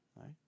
right